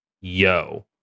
Yo